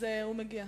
השר מגיע,